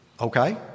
Okay